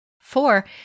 Four